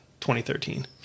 2013